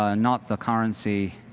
ah not the currency